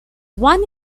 one